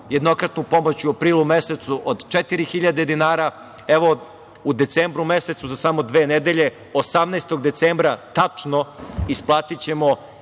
jednokratnu pomoć u aprilu mesecu od 4.000 dinara, evo u decembru mesecu, za samo dve nedelje 18. decembra tačno isplatićemo